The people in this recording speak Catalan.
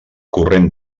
corrent